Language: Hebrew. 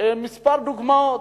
מספר דוגמאות.